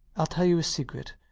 i'll tell you a secret.